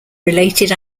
related